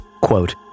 Quote